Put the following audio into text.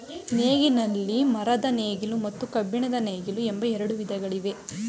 ನೇಗಿಲಿನಲ್ಲಿ ಮರದ ನೇಗಿಲು ಮತ್ತು ಕಬ್ಬಿಣದ ನೇಗಿಲು ಎಂಬ ಎರಡು ವಿಧಗಳಿವೆ